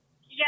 Yes